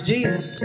Jesus